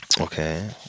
Okay